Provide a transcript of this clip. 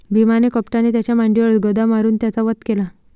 भीमाने कपटाने त्याच्या मांडीवर गदा मारून त्याचा वध केला